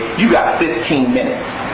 got fifteen minutes